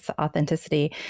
authenticity